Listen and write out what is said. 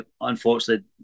unfortunately